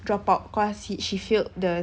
drop out cause he she failed the